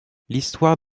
l’histoire